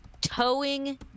towing